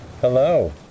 Hello